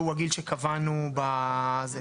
שהוא הגיל שקבענו בזה.